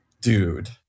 dude